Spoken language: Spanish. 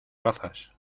gafas